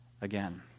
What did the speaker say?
again